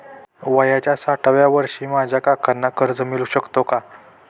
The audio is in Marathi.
वयाच्या साठाव्या वर्षी माझ्या काकांना कर्ज मिळू शकतो का?